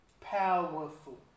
Powerful